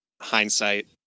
Hindsight